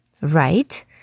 right